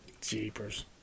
Jeepers